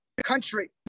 country